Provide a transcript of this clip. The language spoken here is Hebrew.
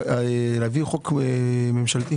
להביא חוק ממשלתי